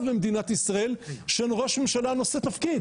למדינת ישראל של ראש ממשלה נושא תפקיד,